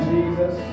Jesus